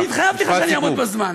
ואני התחייבתי לך שאני אעמוד בזמן.